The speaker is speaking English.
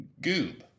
goob